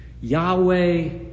Yahweh